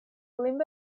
limbo